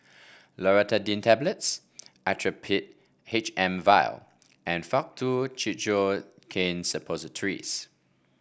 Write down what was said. Loratadine Tablets Actrapid H M vial and Faktu Cinchocaine Suppositories